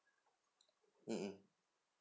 mm mm